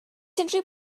unrhyw